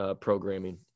programming